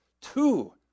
two